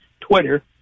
Twitter